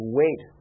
wait